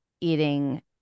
eating